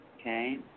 Okay